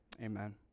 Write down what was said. Amen